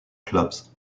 clubs